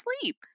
sleep